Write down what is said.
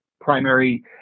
primary